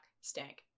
stank